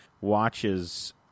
watches